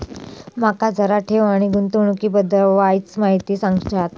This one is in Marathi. माका जरा ठेव आणि गुंतवणूकी बद्दल वायचं माहिती सांगशात?